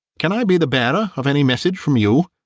can i be the bearer of any message from you?